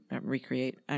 recreate –